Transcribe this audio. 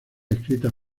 escritas